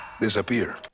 disappear